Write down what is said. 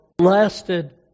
lasted